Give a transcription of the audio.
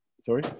sorry